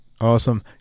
Awesome